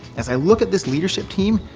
as i look at this leadership team,